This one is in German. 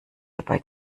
dabei